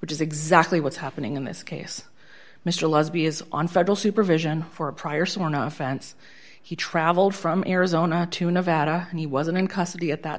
which is exactly what's happening in this case mr lesbia's on federal supervision for a prior sworn offense he traveled from arizona to nevada and he wasn't in custody at that